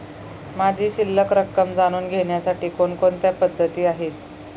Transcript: माझी शिल्लक रक्कम जाणून घेण्यासाठी कोणकोणत्या पद्धती आहेत?